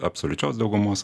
absoliučios daugumos